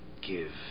give